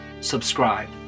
subscribe